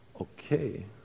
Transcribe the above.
Okay